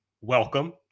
welcome